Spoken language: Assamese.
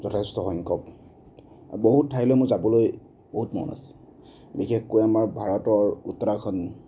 যথেষ্ট সংখ্যক বহুত ঠাইলৈ মোৰ যাবলৈ বহুত মন আছে বিশেষকৈ আমাৰ ভাৰতৰ উত্তৰাখণ্ড